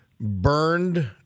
burned